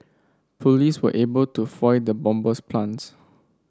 police were able to foil the bomber's plans